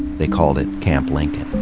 they called it camp lincoln.